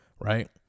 right